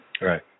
Right